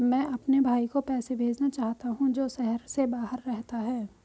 मैं अपने भाई को पैसे भेजना चाहता हूँ जो शहर से बाहर रहता है